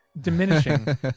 diminishing